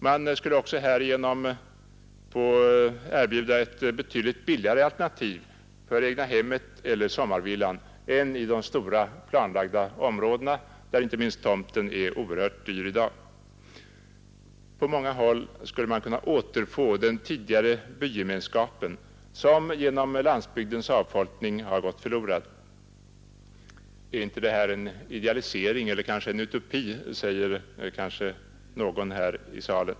Man skulle härigenom också erbjuda ett betydligt billigare alternativ till egnahemmet eller sommarvillan än i de stora, planlagda områdena där inte minst tomten är oerhört dyr i dag. På många håll skulle man kunna återfå den tidigare bygemenskapen som genom landsbygdens avfolkning har gått förlorad. Är inte det här en idealisering eller en utopi? säger kanske någon här i salen.